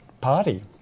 party